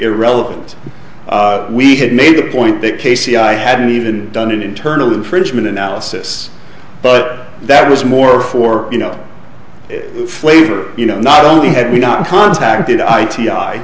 irrelevant we had made a point that casey i hadn't even done an internal infringement analysis but that was more for you know flavor you know not only had we not contacted i t i